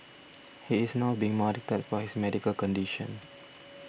he is now being monitored for his medical condition